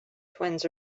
twins